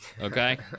Okay